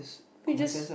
then you just